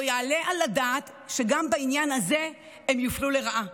לא יעלה על הדעת שגם בעניין הזה הם יופלו לרעה.